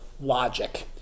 logic